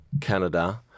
Canada